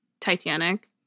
Titanic